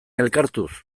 elkartuz